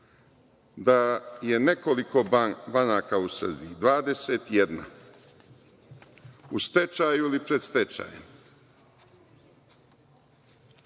da je nekoliko banaka u Srbiji, 21, u stečaju ili pred stečajem.